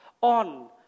on